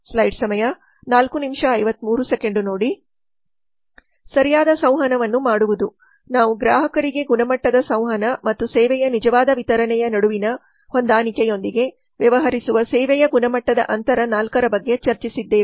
ಸರಿಯಾದ ಸಂವಹನವನ್ನು ಮಾಡುವುದು ನಾವು ಗ್ರಾಹಕರಿಗೆ ಗುಣಮಟ್ಟದ ಸಂವಹನ ಮತ್ತು ಸೇವೆಯ ನಿಜವಾದ ವಿತರಣೆಯ ನಡುವಿನ ಹೊಂದಾಣಿಕೆಯೊಂದಿಗೆ ವ್ಯವಹರಿಸುವ ಸೇವೆಯ ಗುಣಮಟ್ಟದ ಅಂತರ 4 ರ ಬಗ್ಗೆ ಚರ್ಚಿಸಿದ್ದೇವೆ